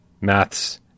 Maths